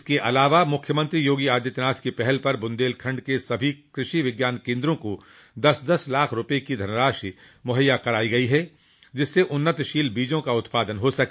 इसके अलावा मुख्यमंत्री योगी आदित्यनाथ की पहल पर ब्रन्देलखंड के सभी कृषि विज्ञान केन्द्रों को दस दस लाख रूपये की धनराशि मुहैया कराई गई है जिससे उन्नतिशील बीजों का उत्पादन हो सके